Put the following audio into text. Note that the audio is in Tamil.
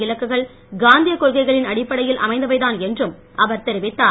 இலக்குகள் காந்தியக் கொள்கைகளின் அடிப்படையில் அமைந்தவைதான் என்றும் அவர் தெரிவித்தார்